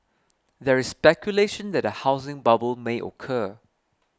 there is speculation that a housing bubble may occur